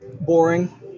boring